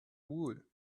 wool